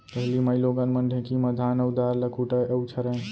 पहिली माइलोगन मन ढेंकी म धान अउ दार ल कूटय अउ छरयँ